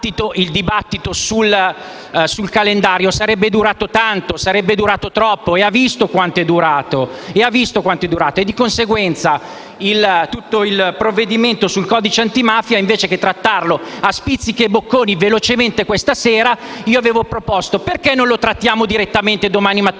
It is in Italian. il dibattito sul calendario sarebbe durato tanto, probabilmente troppo, e ha visto quanto è durato. Di conseguenza, tutto il provvedimento sul Codice antimafia, invece che trattarlo a spizzichi e bocconi velocemente questa sera, avevo proposto di rimandarlo direttamente a domani mattina,